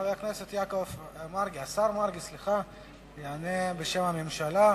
השר מרגי ישיב בשם הממשלה.